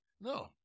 no